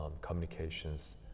communications